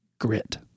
grit